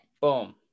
Boom